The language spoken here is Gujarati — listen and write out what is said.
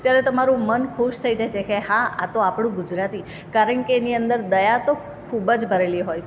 ત્યારે તમારું મન ખુશ થઈ જાય છે કે હા આતો આપણું ગુજરાતી કારણ કે એની અંદર દયા તો ખૂબ જ ભરેલી હોય છે